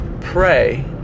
pray